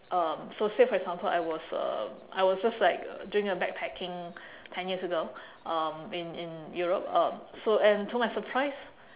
um so say for example I was um I was just like doing a backpacking ten years ago um in in Europe um so and to my surprise